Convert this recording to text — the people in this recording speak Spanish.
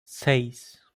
seis